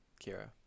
Kira